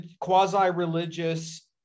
quasi-religious